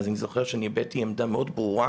אני זוכר שהבעתי עמדה מאוד ברורה,